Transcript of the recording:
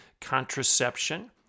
contraception